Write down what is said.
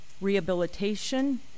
rehabilitation